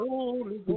Holy